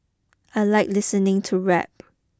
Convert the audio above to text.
I like listening to rap